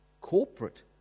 corporate